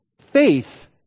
faith